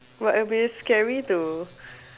but it will be scary to